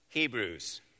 Hebrews